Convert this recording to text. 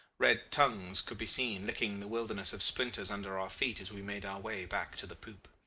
red tongues could be seen licking the wilderness of splinters under our feet as we made our way back to the poop.